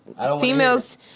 females